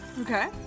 Okay